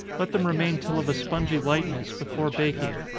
let them remain till of a spongy lightness, before baking.